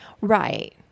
Right